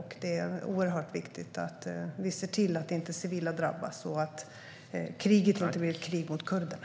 Det är oerhört viktigt att se till att inte civila drabbas så att kriget inte blir ett krig mot kurderna.